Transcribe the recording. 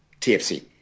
TFC